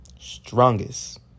strongest